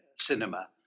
cinema